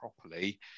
properly